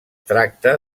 tracta